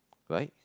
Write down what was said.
right